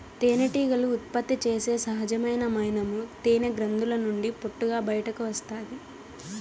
తేనెటీగలు ఉత్పత్తి చేసే సహజమైన మైనము తేనె గ్రంధుల నుండి పొట్టుగా బయటకు వస్తాది